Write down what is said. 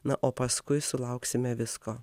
na o paskui sulauksime visko